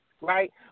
right